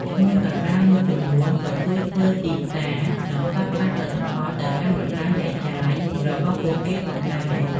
ឈ្មួញកណ្តាលមួយចំនួនក៏ជួយធ្វើទីផ្សារ និងផ្សព្វផ្សាយផលិតផលទៅកាន់បណ្តាញចែកចាយរបស់ពួកគេផងដែរ។